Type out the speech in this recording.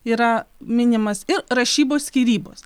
yra minimas ir rašybos skyrybos